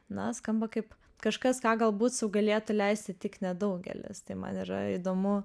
na skamba kaip kažkas ką galbūt sau galėtų leisti tik nedaugelis tai man yra įdomu